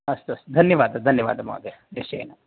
अस्तु अस्तु धन्यवादः धन्यवादः महोदय निश्चयेन